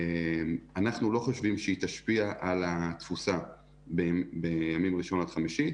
אנחנו לא חושבים שהיא תשפיע על התפוסה בימים ראשון-חמישי,